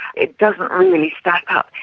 it doesn't really stack up.